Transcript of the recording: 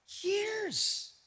years